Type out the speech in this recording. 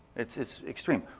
it's extreme.